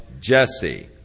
Jesse